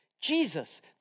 Jesus